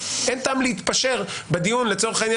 אפשר לדעתי להקשיח בצורה מתונה יותר מזו שרוטמן